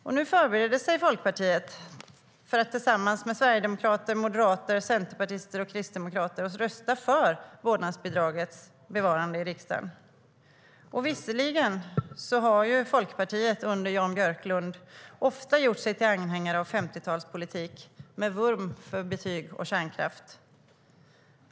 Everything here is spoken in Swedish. "Visserligen har Folkpartiet under Jan Björklund ofta gjort sig till anhängare av 50-talspolitik, med vurm för betyg och kärnkraft.